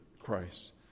Christ